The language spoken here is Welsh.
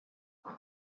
ond